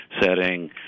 setting